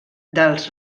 dels